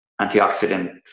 antioxidant